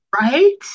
right